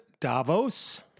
Davos